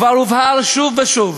כבר הובהר שוב ושוב